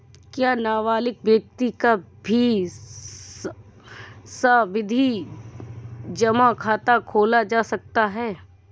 क्या नाबालिग व्यक्ति का भी सावधि जमा खाता खोला जा सकता है?